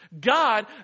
God